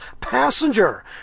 passenger